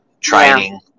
training